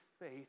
faith